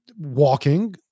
walking